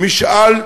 כי הרי